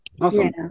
Awesome